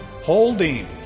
holding